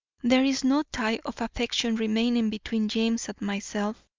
there is no tie of affection remaining between james and myself,